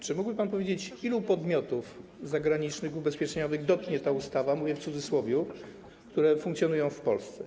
Czy mógłby pan powiedzieć, ilu podmiotów zagranicznych ubezpieczeniowych dotknie ta ustawa, mówię w cudzysłowie, funkcjonujących w Polsce?